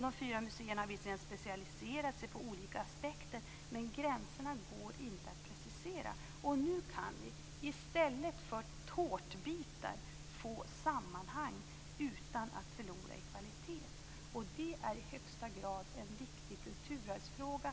De fyra museerna har visserligen specialiserat sig på olika aspekter, men gränserna går inte att precisera. Nu kan vi i stället för tårtbitar få sammanhang utan att förlora i kvalitet. Det är i högsta grad en viktig kulturarvsfråga.